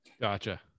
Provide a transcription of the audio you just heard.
Gotcha